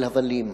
הבל הבלים.